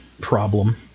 problem